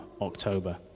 October